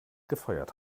gefeuert